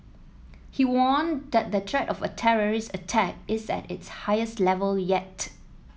he warned that the threat of a terrorist attack is at its highest level yet